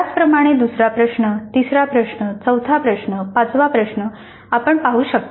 त्याचप्रमाणे दुसरा प्रश्न तिसरा प्रश्न चौथा प्रश्न पाचवा प्रश्न आपण पाहू शकता